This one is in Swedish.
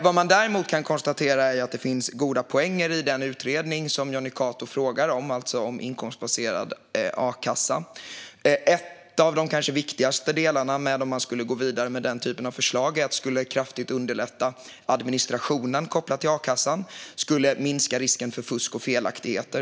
Vad man däremot kan konstatera är att det finns goda poänger i utredningen om inkomstbaserad a-kassa som Jonny Cato frågar om. De kanske viktigaste delarna om man skulle gå vidare med den typen av förslag är att man skulle kraftigt underlätta administrationen kopplad till a-kassan och minska risken för fusk och felaktigheter.